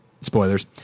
Spoilers